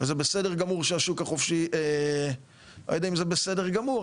וזה בסדר גמור שהשוק החופשי אני לא יודע אם זה בסדר גמור,